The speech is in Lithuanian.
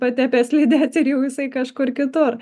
patepė slides ir jau jisai kažkur kitur